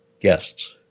guests